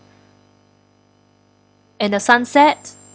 and the sunset